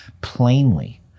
plainly